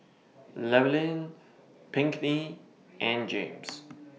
Llewellyn Pinkney and James